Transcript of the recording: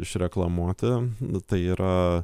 išreklamuoti tai yra